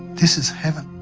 this is heaven,